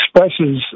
expresses